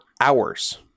hours